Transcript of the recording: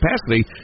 capacity